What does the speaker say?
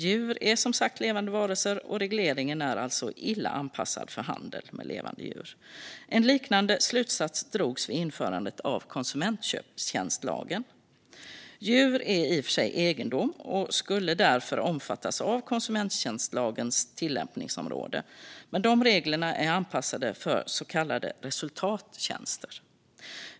Djur är som sagt levande varelser, och regleringen är alltså illa anpassad för handel med levande djur. En liknande slutsats drogs vid införandet av konsumenttjänstlagen. Djur är i och för sig egendom och skulle därför kunna omfattas av konsumenttjänstlagens tillämpningsområde, men de reglerna är anpassade för så kallade resultattjänster.